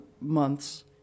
months